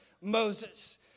Moses